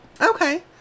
Okay